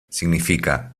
significa